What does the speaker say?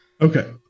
Okay